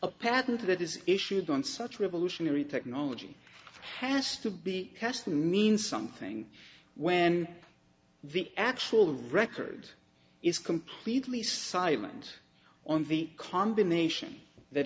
a patent or that is issued on such revolutionary technology has to be passed means something when the actual record is completely silent on the combination that